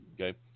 Okay